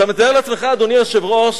אתה מתאר לעצמך, אדוני היושב-ראש,